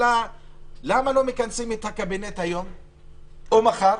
למה לא מכנסים את הקבינט היום או מחר?